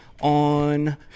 on